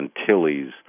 Antilles